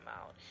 out